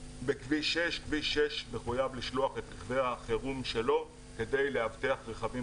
כביש 6 מחויב לשלוח את רכבי החרום שלו כדי לאבטח רכבים